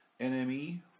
NME